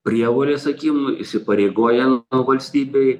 prievolės sakykim įsipareigojant valstybei